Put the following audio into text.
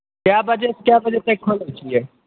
कए बजेसॅं कए बजे तक खोलै छियै